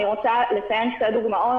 אני רוצה לציין שתי דוגמאות,